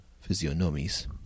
physiognomies